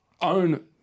own